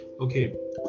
Okay